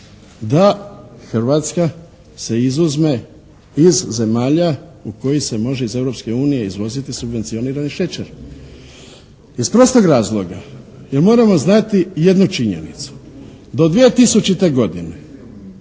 da Hrvatska se izuzme iz zemalja u koje se može iz Europske unije izvoziti subvencionirani šećer. Iz prostog razloga jer moramo znati jednu činjenicu. Do 2000. godine